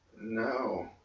No